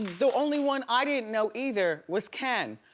the only one i didn't know either, was ken.